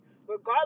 regardless